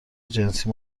جنسی